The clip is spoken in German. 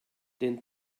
den